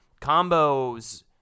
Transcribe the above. combos